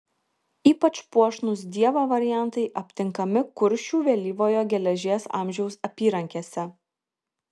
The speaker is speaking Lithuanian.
ypač puošnūs dievo variantai aptinkami kuršių vėlyvojo geležies amžiaus apyrankėse